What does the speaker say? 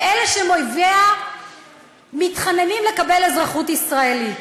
ואלה שהם אויביה מתחננים לקבל אזרחות ישראלית.